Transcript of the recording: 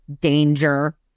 danger